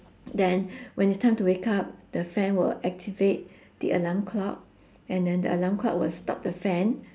then when it's time to wake up the fan will activate the alarm clock and then the alarm clock will stop the fan